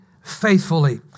faithfully